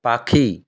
পাখি